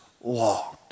walked